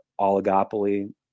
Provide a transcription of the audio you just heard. oligopoly